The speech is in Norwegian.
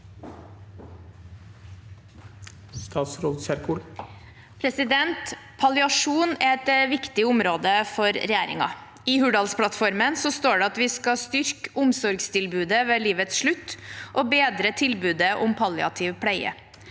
Palliasjon er et viktig område for regjeringen. I Hurdalsplattformen står det at vi skal styrke omsorgstilbudet ved livets slutt og bedre tilbudet om palliativ pleie.